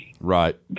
Right